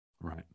Right